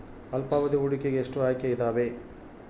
ಅಲ್ಪಾವಧಿ ಹೂಡಿಕೆಗೆ ಎಷ್ಟು ಆಯ್ಕೆ ಇದಾವೇ?